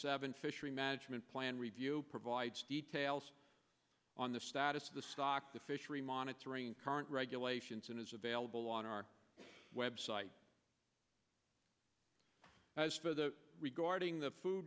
seven fishery management plan review provides details on the status of the stock the fishery monitoring current regulations and is available on our website as for the regarding the food